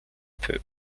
peu